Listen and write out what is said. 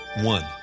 One